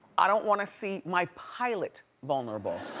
i don't wanna see my pilot vulnerable.